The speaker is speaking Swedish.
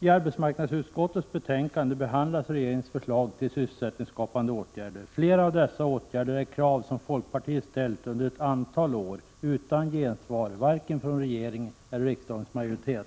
I arbetsmarknadsutskottets betänkande behandlas regeringens förslag till sysselsättningsskapande åtgärder. Flera av dessa åtgärder motsvarar krav som folkpartiet ställt under ett antal år utan gensvar vare sig från regeringen eller från riksdagens majoritet.